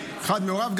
אחד מהוריו,